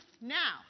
Now